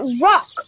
rock